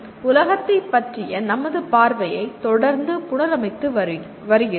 எனவே உலகத்தைப் பற்றிய நமது பார்வையை தொடர்ந்து புனரமைத்து வருகிறோம்